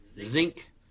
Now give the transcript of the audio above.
zinc